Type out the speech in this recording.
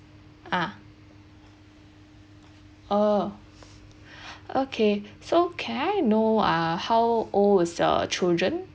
ah oh okay so care I know ah how old is your children